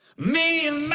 me and